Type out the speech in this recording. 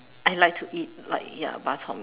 I like to eat like ya Bak-Chor-Mee